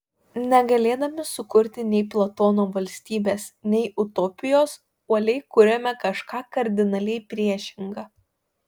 negalėdami sukurti nei platono valstybės nei utopijos uoliai kuriame kažką kardinaliai priešinga